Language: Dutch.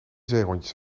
zeehondjes